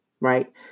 right